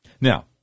Now